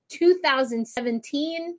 2017